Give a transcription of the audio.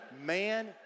Man